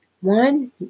one